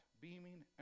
beaming